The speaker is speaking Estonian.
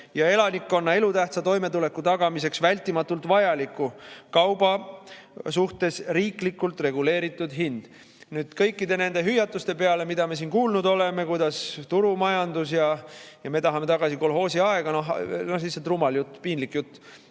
ja elanikkonna elutähtsa toimetuleku tagamiseks vältimatult vajalikule kaubale riiklikult reguleeritud hind. Kõikide nende hüüatuse peale, mida me siin kuulnud oleme, et turumajandus ja me tahame tagasi kolhoosiaega – no lihtsalt rumal jutt, piinlik jutt.